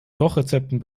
kochrezepten